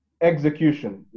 execution